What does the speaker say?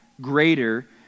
greater